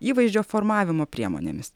įvaizdžio formavimo priemonėmis